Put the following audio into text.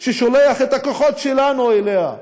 שהוא שולח את הכוחות שלנו אליה.